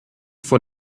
von